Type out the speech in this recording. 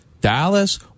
Dallas